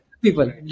People